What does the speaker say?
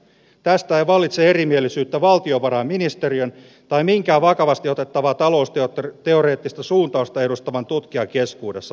tästä ei vallitse erimielisyyttä valtiovarainministeriön tai mitään vakavasti otettavaa talousteoreettista suuntausta edustavien tutkijoiden keskuudessa